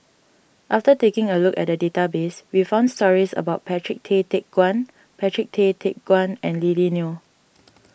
after taking a look at the database we found stories about Patrick Tay Teck Guan Patrick Tay Teck Guan and Lily Neo